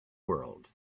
world